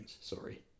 sorry